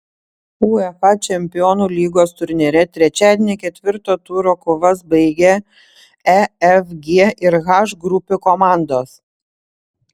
uefa čempionų lygos turnyre trečiadienį ketvirto turo kovas baigė e f g ir h grupių komandos